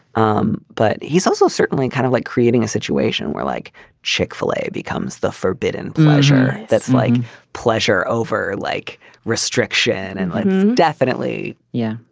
um but he's also certainly kind of like creating a situation where like chick-fil-a becomes the forbidden measure. that's like pleasure over like restriction. and definitely. yeah,